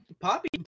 Poppy